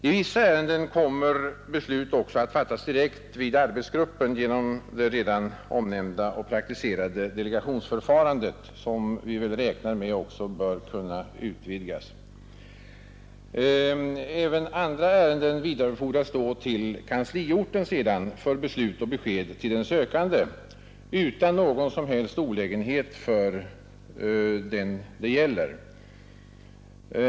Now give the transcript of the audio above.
I vissa ärenden kommer beslut också att fattas direkt vid arbetsgruppen genom det redan omnämnda och praktiserade delegationsförfarandet, som vi väl räknar med också bör kunna utvidgas. Andra ärenden tas emot vid arbetsgruppen och vidarebefordras till kansliorten för beslut och besked till den sökande utan någon som helst olägenhet för den det gäller.